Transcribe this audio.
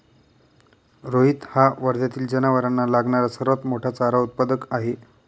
रोहित हा वर्ध्यातील जनावरांना लागणारा सर्वात मोठा चारा उत्पादक आहे